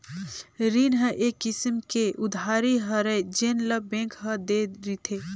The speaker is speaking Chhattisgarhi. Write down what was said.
रीन ह एक किसम के उधारी हरय जेन ल बेंक ह दे रिथे